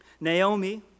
Naomi